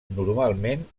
normalment